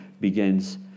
begins